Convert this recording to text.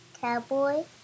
Cowboy